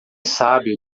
sábio